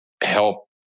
help